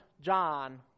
John